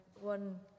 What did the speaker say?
one